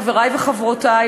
חברי וחברותי,